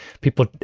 People